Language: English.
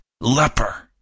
leper